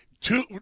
Two